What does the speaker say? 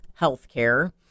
healthcare